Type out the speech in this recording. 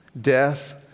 death